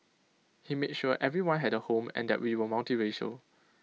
he made sure everyone had A home and that we were multiracial